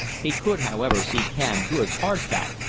he could, however, see canned goods, hard tack,